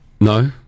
No